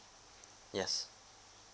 yes